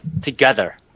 together